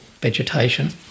vegetation